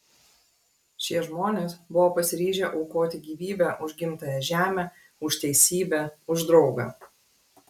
šie žmonės buvo pasiryžę aukoti gyvybę už gimtąją žemę už teisybę už draugą